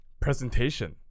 presentation